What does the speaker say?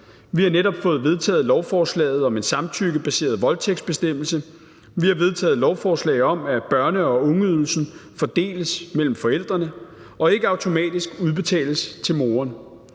Vi har netop fået vedtaget lovforslaget om en samtykkebaseret voldtægtsbestemmelse, og vi har vedtaget et lovforslag om, at børne- og ungeydelsen fordeles mellem forældrene og ikke automatisk udbetales til moren.